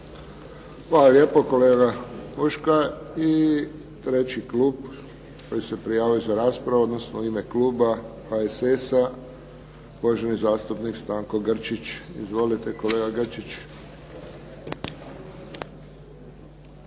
Hvala lijepo kolega Huška. I treći klub koji se prijavio za raspravu, odnosno u ime kluba HSS-a uvaženi zastupnik Stanko Grčić. Izvolite kolega Grčić.